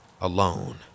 alone